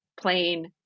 Plain